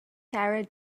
sarah